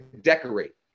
decorate